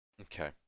Okay